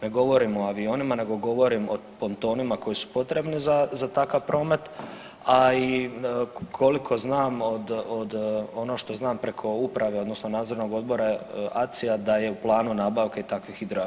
Ne govorimo o avionima nego govorim o pontonima koji su potrebni za takav promet, a i koliko znam od ono što znam preko uprave odnosno Nadzornog odbora ACI-a da je u planu nabavke takvih hidroaviona.